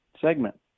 segment